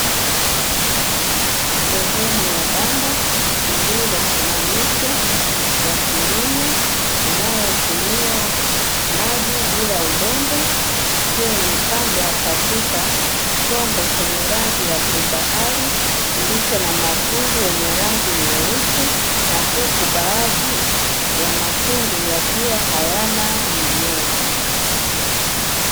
Ndani ya banda lililo na miche ya kilimo inayotumia maji bila udongo, ikiwa imepandwa katika chombo chenye rangi ya bluu bahari kilicho na matundu yenye rangi nyeusi na huku baadhi ya matundu yakiwa hayana mimea.